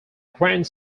grant